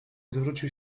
zwrócił